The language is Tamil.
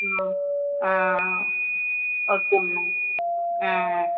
ம் ஆ ஓகே மேம் ஆ ஆ